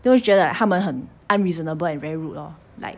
都会觉得 like 他们很 unreasonable and very rude lor like